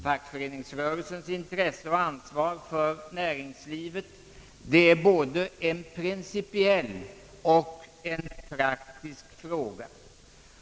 Fackföreningsrörelsens intresse och ansvar för näringslivet är både en principiell och en praktisk fråga.